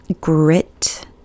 grit